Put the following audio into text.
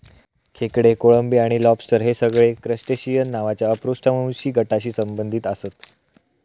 खेकडे, कोळंबी आणि लॉबस्टर हे सगळे क्रस्टेशिअन नावाच्या अपृष्ठवंशी गटाशी संबंधित आसत